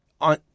on